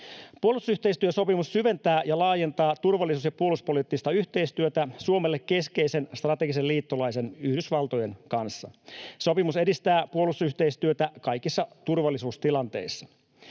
Puolustusyhteistyösopimus syventää ja laajentaa turvallisuus- ja puolustuspoliittista yhteistyötä Suomelle keskeisen strategisen liittolaisen, Yhdysvaltojen, kanssa. Sopimus edistää puolustusyhteistyötä kaikissa turvallisuustilanteissa.